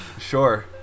Sure